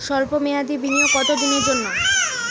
সল্প মেয়াদি বিনিয়োগ কত দিনের জন্য?